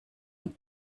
und